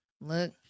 Look